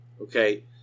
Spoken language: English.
Okay